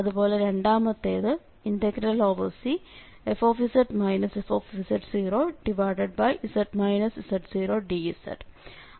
അതുപോലെ രണ്ടാമത്തേത് Cfz fz z0dz